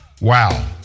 Wow